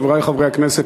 חברי חברי הכנסת,